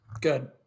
good